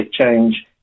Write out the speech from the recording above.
change